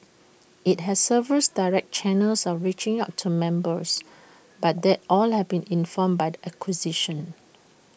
IT has several direct channels of reaching out to members and that all have been informed by the acquisition